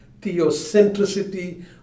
theocentricity